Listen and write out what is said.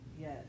Yes